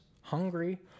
hungry